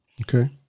Okay